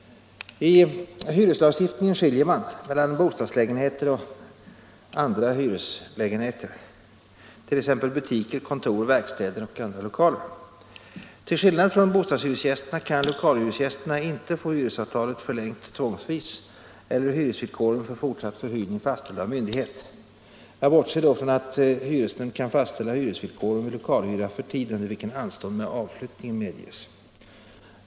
I hyreslagstiftningen skiljer man mellan bostadslägenheter och andra hyreslägenheter, t.ex. butiker, kontor, verkstäder och andra lokaler. Till skillnad från bostadshyresgästerna kan lokalhyresgästerna inte få hyresavtalet förlängt tvångsvis eller hyresvillkoren för fortsatt förhyrning fastställda av myndighet. Jag bortser härvid från att hyresnämnd kan fastställa hyresvillkoren vid lokalhyra för tid under vilken anstånd med avflyttningen medges.